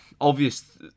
obvious